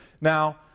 Now